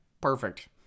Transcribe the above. perfect